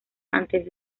antes